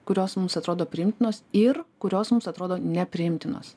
kurios mums atrodo priimtinos ir kurios mums atrodo nepriimtinos